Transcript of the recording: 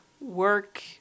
Work